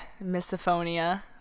misophonia